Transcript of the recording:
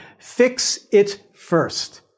fixitfirst